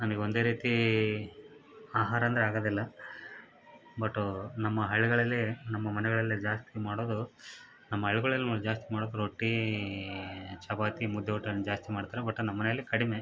ನನಗೆ ಒಂದೇ ರೀತಿ ಆಹಾರ ಅಂದರೆ ಆಗೋದಿಲ್ಲ ಬಟ್ಟು ನಮ್ಮ ಹಳ್ಳಿಗಳಲ್ಲಿ ನಮ್ಮ ಮನೆಗಳಲ್ಲಿ ಜಾಸ್ತಿ ಮಾಡೋದು ನಮ್ಮ ಹಳ್ಗಲ್ಲಿ ಜಾಸ್ತಿ ಮಾಡೋದು ರೊಟ್ಟಿ ಚಪಾತಿ ಮುದ್ದೆ ಊಟನ್ನ ಜಾಸ್ತಿ ಮಾಡ್ತಾರೆ ಬಟ್ ನಮ್ಮ ಮನೆಲ್ಲಿ ಕಡಿಮೆ